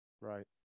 Right